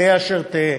תהא אשר תהא,